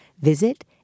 visit